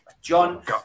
John